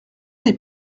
des